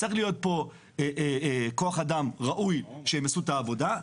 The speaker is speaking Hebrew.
צריך להיות פה כוח אדם ראוי, שיעשו את העבודה.